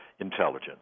intelligence